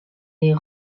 est